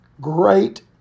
great